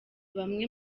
bamwe